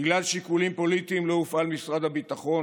בגלל שיקולים פוליטיים לא הופעלו משרד הביטחון,